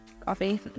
Coffee